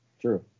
true